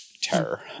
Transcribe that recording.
Terror